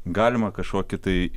galima kažkokį tai